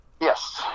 Yes